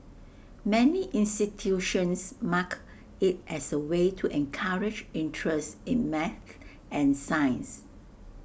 many institutions mark IT as A way to encourage interest in math and science